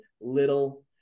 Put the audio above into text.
little